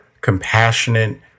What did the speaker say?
compassionate